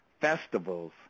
festivals